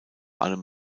allem